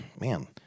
man